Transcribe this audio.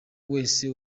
wese